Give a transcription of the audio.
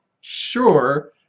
sure